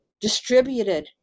Distributed